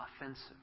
offensive